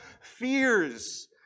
fears